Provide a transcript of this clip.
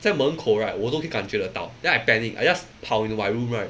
在门口 right 我都可以感觉得到 then I panicked I just 跑 into my room right